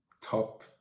top